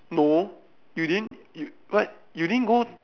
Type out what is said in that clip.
no you didn't what you didn't go